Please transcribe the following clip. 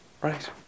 Right